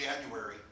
January